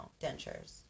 dentures